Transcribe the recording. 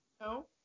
No